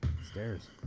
Stairs